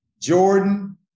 Jordan